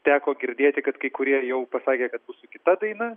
teko girdėti kad kai kurie jau pasakė kad bus su kita daina